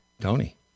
Tony